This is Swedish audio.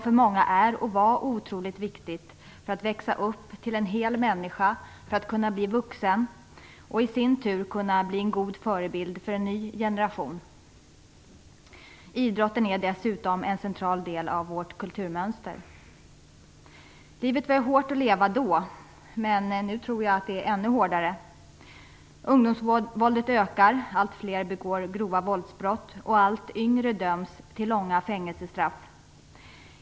För många var det, och är, otroligt viktigt för att kunna växa upp till en hel människa och bli vuxen och i sin tur bli en god förebild för en ny generation. Idrotten är dessutom en central del av vårt kulturmönster. Livet var hårt att leva då, men nu tror jag att det är ännu hårdare. Ungdomsvåldet ökar. Allt fler begår grova våldsbrott, och allt yngre döms till långa fängelsestraff.